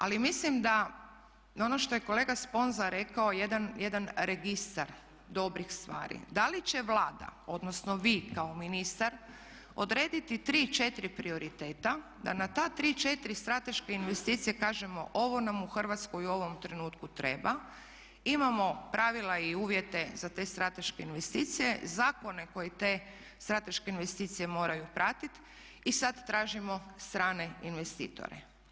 Ali mislim da ono što je kolega Sponza rekao jedan registar dobrih stvari, da li će Vlada, odnosno vi kao ministar odrediti 3, 4 prioriteta da na te 3, 4 strateške investicije kažemo ovo nam u Hrvatskoj u ovom trenutku treba, imamo pravila i uvjete za te strateške investicije, zakone koji te strateške investicije moraju pratiti i sada tražimo strane investitore.